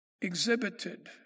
exhibited